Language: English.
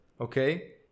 okay